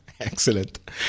Excellent